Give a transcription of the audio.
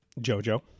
JoJo